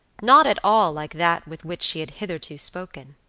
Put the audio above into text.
not at all like that with which she had hitherto spoken.